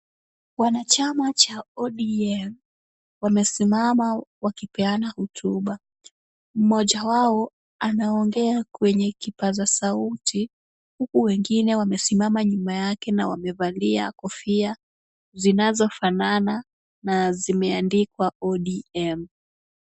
Wanachama cha ODM wamesimama wakipeana hotuba. Mmoja wao anaongea kwenye kipaza sauti, huku wengine wamesimama nyuma yake na wamevalia kofia zinazofanana na zimeandikwa ODM.